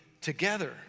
together